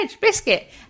biscuit